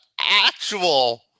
actual